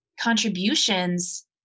contributions